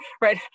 right